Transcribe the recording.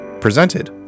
presented